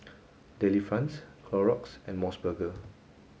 Delifrance Clorox and MOS burger